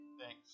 Thanks